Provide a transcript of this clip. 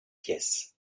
pièces